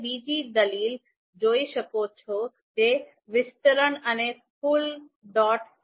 તમે બીજી દલીલ જોઈ શકો છો જે વિસ્તરણ અને full